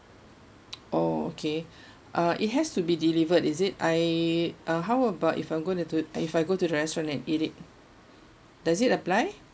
oh okay uh it has to be delivered is it I uh how about if I'm going to if I go to the restaurant and eat it does it apply